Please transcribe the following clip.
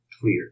Clear